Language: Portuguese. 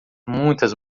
muitas